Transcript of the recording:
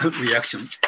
reaction